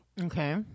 Okay